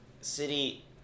city